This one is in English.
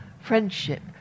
friendship